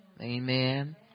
amen